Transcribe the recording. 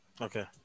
Okay